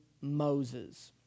Moses